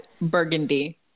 burgundy